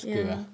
ya